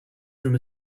from